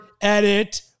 edit